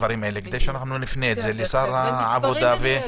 כדי שנפנה את זה לשר העבודה?